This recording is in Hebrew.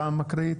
אתה מקריא?